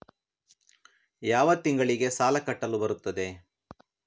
ಯಾವ ತಿಂಗಳಿಗೆ ಸಾಲ ಕಟ್ಟಲು ಬರುತ್ತದೆ?